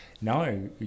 no